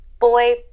Boy